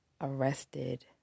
arrested